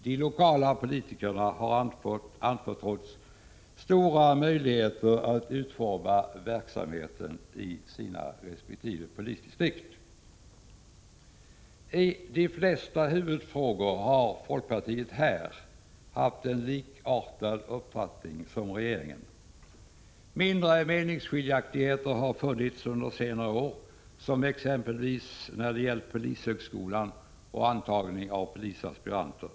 De lokala politikerna har anförtrotts stora möjligheter att utforma verksamheten i sina resp. polisdistrikt. I de flesta huvudfrågor har folkpartiet här haft en uppfattning likartad regeringens. Mindre meningsskiljaktigheter har funnits under senare år, exempelvis när det gällt polishögskolan och antagning av polisaspiranter.